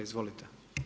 Izvolite.